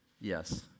Yes